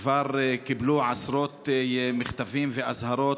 כבר קיבלו עשרות מכתבים ואזהרות,